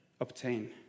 obtain